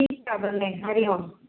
ठीकु आहे भले हरी ओम